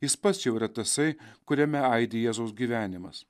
jis pats jau yra tasai kuriame aidi jėzaus gyvenimas